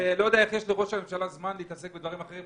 אני לא יודע איך לראש הממשלה יש זמן להתעסק בדברים אחרים.